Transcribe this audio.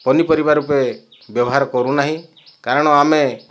ପନିପରିବା ରୂପେ ବ୍ୟବହାର କରୁନାହିଁ କାରଣ ଆମେ